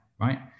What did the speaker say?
right